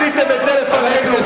עשיתם את זה לפנינו.